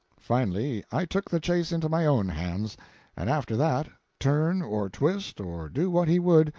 finally i took the chase into my own hands and after that, turn, or twist, or do what he would,